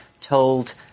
told